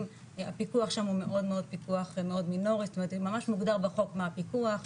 הפיקוח שם הוא מאוד מינורי וממש מוגדר בחוק מה הפיקוח.